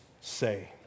say